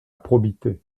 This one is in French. probité